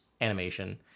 animation